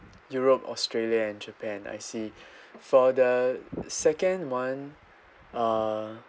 europe australia and japan I see for the second [one] uh